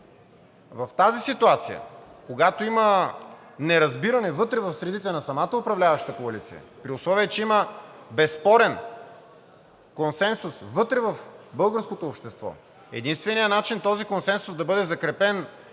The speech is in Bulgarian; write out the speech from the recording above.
в тази ситуация, когато има неразбиране вътре в средите на самата управляваща коалиция, при условие че има безспорен консенсус вътре в българското общество, единственият начин този консенсус да бъде закрепен